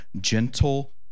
gentle